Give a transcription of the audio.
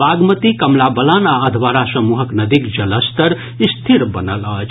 बागमती कमला बलान आ अधवारा समूहक नदीक जलस्तर स्थिर बनल अछि